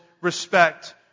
respect